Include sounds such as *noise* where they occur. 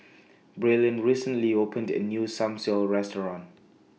*noise* Braylen recently opened A New *unintelligible* Restaurant